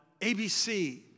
ABC